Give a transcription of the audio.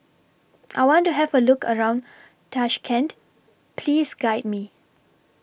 I want to Have A Look around Tashkent Please Guide Me